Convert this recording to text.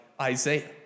Isaiah